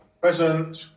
Present